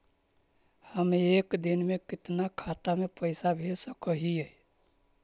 हम एक दिन में कितना खाता में पैसा भेज सक हिय?